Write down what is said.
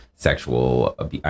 sexual